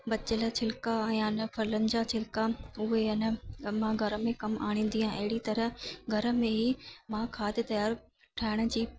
बचियल छिलिका या अन फलनि जा छिलिका उहे आहिनि मां घर में कमु आणींदी आहियां अहिड़ी तरह घर में ई मां खाधु तियारु ठाहिण जी